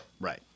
Right